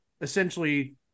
essentially